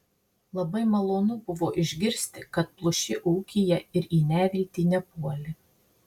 labai malonu buvo išgirsti kad pluši ūkyje ir į neviltį nepuoli